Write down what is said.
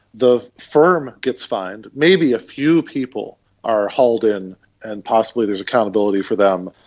the firm gets fined, maybe a few people are hauled in and possibly there's accountability for them.